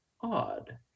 odd